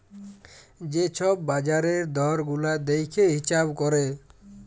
যে ছব বাজারের দর গুলা দ্যাইখে হিঁছাব ক্যরে